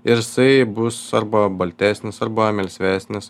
ir isai bus arba baltesnis arba melsvesnis